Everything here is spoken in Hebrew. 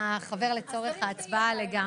אתה חבר לצורך ההצבעה לגמרי.